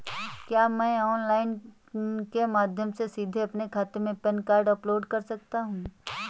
क्या मैं ऑनलाइन के माध्यम से सीधे अपने खाते में पैन कार्ड अपलोड कर सकता हूँ?